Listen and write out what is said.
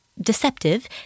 deceptive